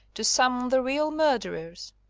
to summon the real murderers.